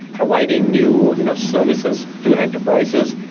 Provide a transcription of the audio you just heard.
providing new you know services to enterprises.